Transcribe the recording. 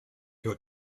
your